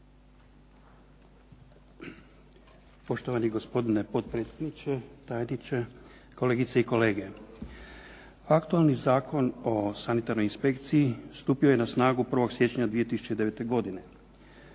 Poštovani gospodine potpredsjedniče, tajniče, kolegice i kolege. Aktualni Zakon o sanitarnoj inspekciji stupio je na snagu 1. siječnja 2009. godine.